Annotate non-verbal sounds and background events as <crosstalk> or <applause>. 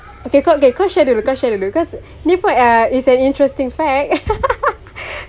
okay kau okay kau kau share kau share dulu cause ni pun uh is an interesting fact <laughs>